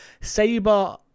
Saber